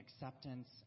acceptance